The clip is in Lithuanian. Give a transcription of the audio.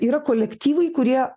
yra kolektyvai kurie